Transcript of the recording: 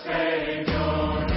Savior